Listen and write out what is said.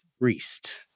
priest